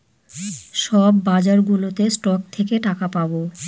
সব বাজারগুলোতে স্টক থেকে টাকা পাবো